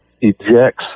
ejects